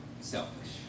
selfish